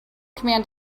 command